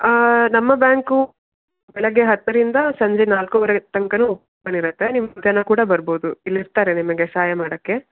ನಮ್ಮ ಬ್ಯಾಂಕು ಬೆಳಗ್ಗೆ ಹತ್ತರಿಂದ ಸಂಜೆ ನಾಲ್ಕುವರೆ ತನಕನೂ ಓಪನ್ ಇರುತ್ತೆ ನೀವು ಮಧ್ಯಾಹ್ನ ಕೂಡ ಬರ್ಬೋದು ಇಲ್ಲಿ ಇರ್ತಾರೆ ನಿಮಗೆ ಸಹಾಯ ಮಾಡೋಕ್ಕೆ